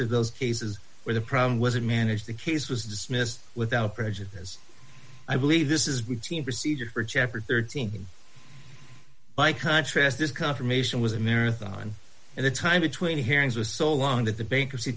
of those cases where the problem wasn't managed the case was dismissed without prejudice i believe this is routine procedure for chapter thirteen by contrast this confirmation was a marathon and the time between hearings was so long that the bankruptcy